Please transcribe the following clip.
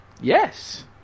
Yes